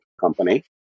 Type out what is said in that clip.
company